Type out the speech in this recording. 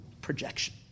projection